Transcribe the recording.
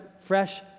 fresh